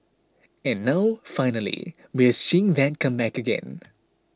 and now finally we're seeing that come back again